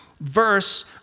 verse